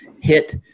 hit